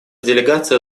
делегация